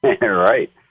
Right